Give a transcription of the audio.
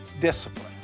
discipline